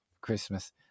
Christmas